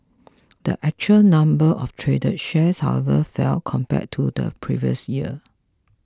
the actual number of traded shares however fell compared to the previous year